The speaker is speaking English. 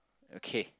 okay